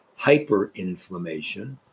hyperinflammation